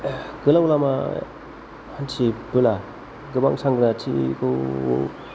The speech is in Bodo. गोलाव लामा हान्थियोब्ला गोबां सांग्रांथिखौ